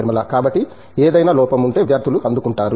నిర్మలా కాబట్టి ఏదైనా లోపం ఉంటే విద్యార్థులు అందుకుంటారు